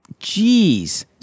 Jeez